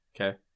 okay